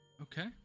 Okay